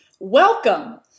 Welcome